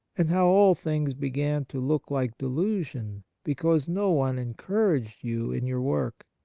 and how all things began to look like delusion because no one encouraged you in your work.